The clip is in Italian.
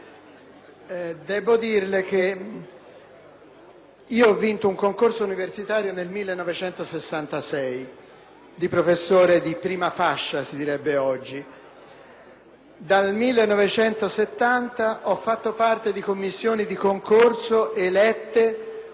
ho vinto un concorso universitario nel 1966 come professore di prima fascia, come si direbbe oggi, e dal 1970 ho fatto parte di commissioni di concorso elette con tutte le possibili varianti;